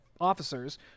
officers